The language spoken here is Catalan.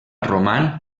roman